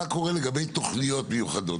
מה קורה לגבי תוכניות מיוחדות?